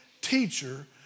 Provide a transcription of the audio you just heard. teacher